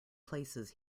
places